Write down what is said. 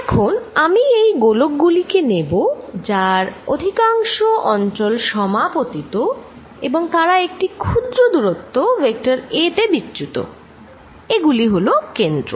এখন আমি এই গোলক গুলি নেব যার অধিকাংশ অঞ্চল সমাপতিত এবং তারা একটি ক্ষুদ্র দূরত্ব ভেক্টর a তে বিচ্যুত এগুলি হল কেন্দ্র